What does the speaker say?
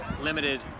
limited